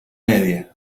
media